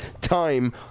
time